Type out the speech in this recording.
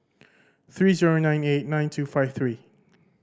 three zero nine eight nine two five three